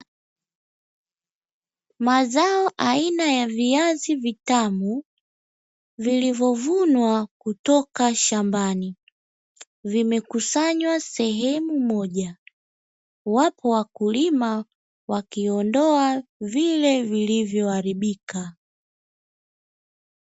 Mazao aina ya viazi vitamu, vilivyovunwa kutoka shambani, vimekusanywa sehemu moja, wapo wakulima wakiondoa vile vilivyoharibika.